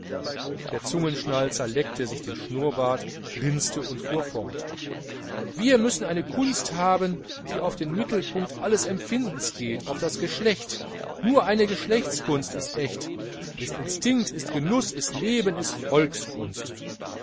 der zungenschnalzer leckte sich den schnurrbart grinste und fuhr fort wir müssen eine kunst haben die auf den mittelpunkt alles empfindens geht auf das geschlecht nur eine geschlechtskunst ist echt ist instinkt ist genuß ist leben ist volkskunst